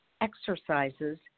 exercises